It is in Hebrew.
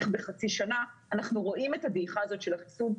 בחצי שנה, אנחנו רואים את הדעיכה הזאת של החיסון.